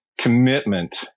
commitment